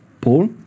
Paul